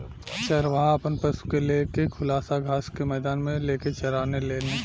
चरवाहा आपन पशु के ले के खुला घास के मैदान मे लेके चराने लेन